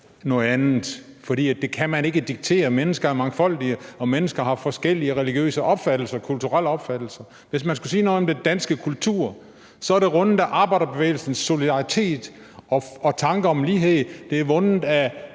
noget andet, for det kan man ikke diktere. Mennesker er mangfoldige, og mennesker har forskellige religiøse og kulturelle opfattelser. Hvis man skulle sige noget om den danske kultur, så er den rundet af arbejderbevægelsens solidaritet og tanker om lighed. Den er rundet af